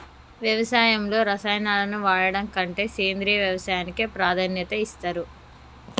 వ్యవసాయంలో రసాయనాలను వాడడం కంటే సేంద్రియ వ్యవసాయానికే ప్రాధాన్యత ఇస్తరు